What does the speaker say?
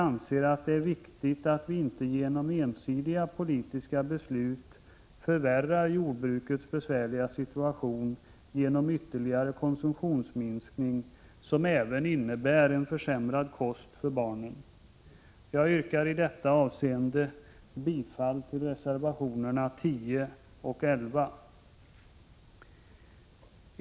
Det är viktigt att ensidiga politiska beslut inte leder till att jordbrukets besvärliga situation förvärras genom ytterligare en konsumtionsminskning, som även innebär försämrad kost för barnen. Jag yrkar i detta avseende bifall till reservationerna 10 och 11.